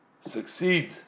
succeed